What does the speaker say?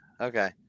Okay